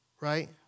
Right